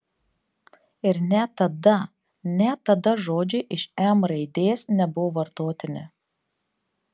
ir net tada net tada žodžiai iš m raidės nebuvo vartotini